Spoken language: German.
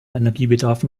energiebedarf